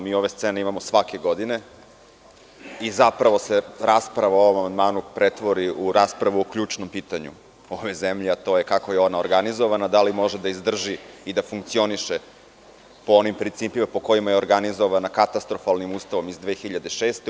Mi ove scene imamo svake godine i zapravo se rasprava o ovom amandmanu pretvori u raspravu o ključnom pitanju u ovoj zemlji a to je – kako je ona organizovana, da li može da izdrži i da funkcioniše po onim principima po kojima je organizovana katastrofalnim Ustavom iz 2006. godine?